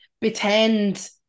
pretend